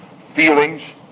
feelings